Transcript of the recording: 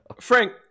Frank